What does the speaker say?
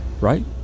Right